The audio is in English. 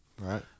Right